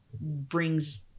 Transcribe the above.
Brings